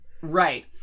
Right